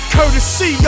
Courtesy